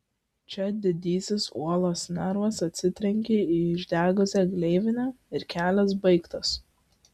čia didysis uolos nervas atsitrenkia į išdegusią gleivinę ir kelias baigtas